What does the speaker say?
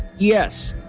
yes,